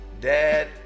dad